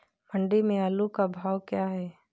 मंडी में आलू का भाव क्या है?